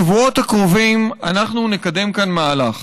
בשבועות הקרובים אנחנו נקדם כאן מהלך.